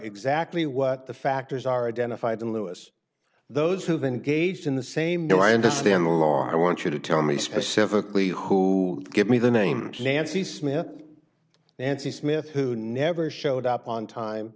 exactly what the factors are identified in lewis those who have engaged in the same no i understand the law i want you to tell me specifically who give me the names nancy smith and smith who never showed up on time